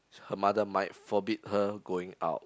her mother might forbid her going out